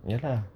ya lah